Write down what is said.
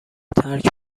ترک